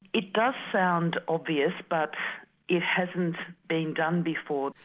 it does sound obvious but it hasn't been done before.